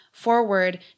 forward